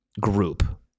group